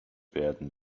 werden